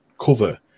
cover